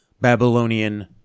Babylonian